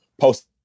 post